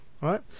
right